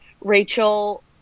Rachel